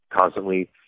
constantly